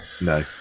No